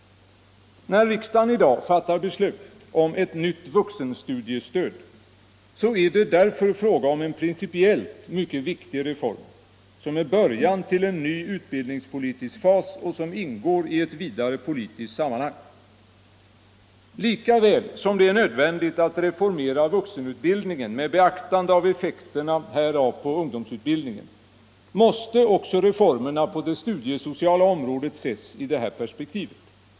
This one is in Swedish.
När riksdagen i dag fattar beslut om ett nytt vuxenstudiestöd är det därför fråga om en principiellt mycket viktig reform, som är början till en ny utbildningspolitisk fas och som ingår i ett vidare politiskt sammanhang. Likaväl som det är nödvändigt att reformera vuxenutbildningen med beaktande av effekterna härav på ungdomsutbildningen, måste reformerna på det studiesociala området ses i det här perspektivet.